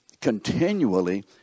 continually